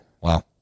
Wow